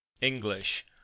English